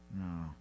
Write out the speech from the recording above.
No